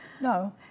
No